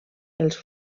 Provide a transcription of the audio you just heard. els